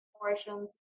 portions